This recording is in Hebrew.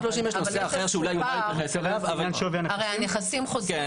-- שאולי ------ פער --- הרי הנכסים חוזרים --- אם